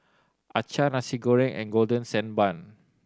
acar Nasi Goreng and Golden Sand Bun